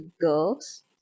girls